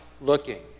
looking